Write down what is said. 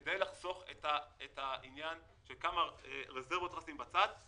זה כדי לחסוך את העניין של כמה רזרבות לשים בצד.